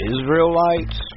Israelites